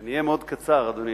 אני אהיה מאוד קצר, אדוני